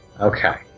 Okay